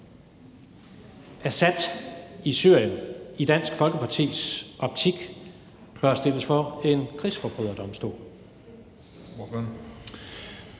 Assad i Syrien i Dansk Folkepartis optik bør stilles for en krigsforbryderdomstol.